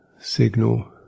signal